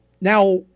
Now